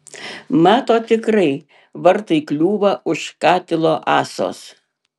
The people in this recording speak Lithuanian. mato tikrai vartai kliūva už katilo ąsos